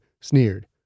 sneered